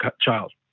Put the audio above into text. child